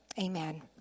amen